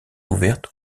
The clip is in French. ouverte